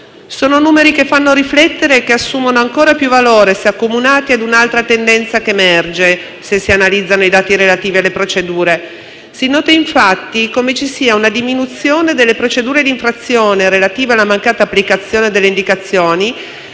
Sono numeri che fanno riflettere e che assumono ancora più valore se accumunati ad un'altra tendenza che emerge, se si analizzano i dati relativi alle procedure. Si nota infatti come ci sia una diminuzione delle procedure di infrazione relative alla mancata applicazione delle indicazioni,